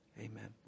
amen